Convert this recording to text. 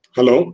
Hello